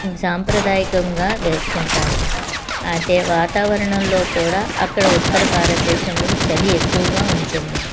సాంప్రదాయకంగా వేసుకుంటారు అయితే వాతావరణంలో కూడా అక్కడ ఉత్తర భారతదేశంలో చలి ఎక్కువగా ఉంటుంది